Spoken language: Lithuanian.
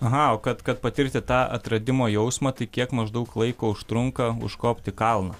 aha kad kad patirti tą atradimo jausmą tai kiek maždaug laiko užtrunka užkopti į kalną